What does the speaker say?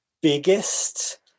biggest